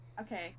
Okay